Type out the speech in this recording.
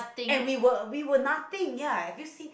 and we were we were nothing ya have you seen